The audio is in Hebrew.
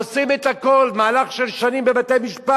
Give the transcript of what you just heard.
עושים את הכול, מהלך של שנים בבתי-משפט,